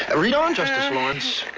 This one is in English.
ah read on, justice lawrence.